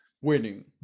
Winning